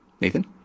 Nathan